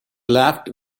laughed